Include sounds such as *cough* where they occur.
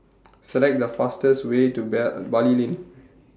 Select The fastest Way to *unintelligible* Bali Lane